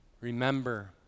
remember